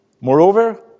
Moreover